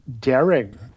daring